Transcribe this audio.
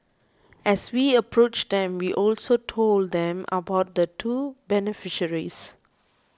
as we approached them we also told them about the two beneficiaries